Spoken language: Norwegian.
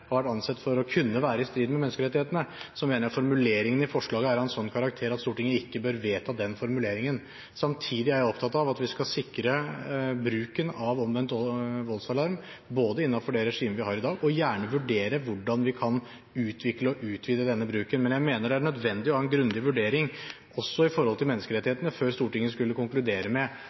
vært ansett for å kunne være i strid med menneskerettighetene – mener jeg formuleringene i forslaget er av en slik karakter at Stortinget ikke bør vedta den formuleringen. Samtidig er jeg opptatt av at vi skal sikre bruken av omvendt voldsalarm innenfor det regimet vi har i dag, og gjerne vurdere hvordan vi kan utvikle og utvide denne bruken. Men jeg mener det er nødvendig å ha en grundig vurdering også opp mot menneskerettighetene før Stortinget skulle konkludere med